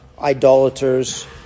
idolaters